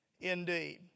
indeed